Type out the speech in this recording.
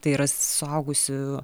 tai yra suaugusių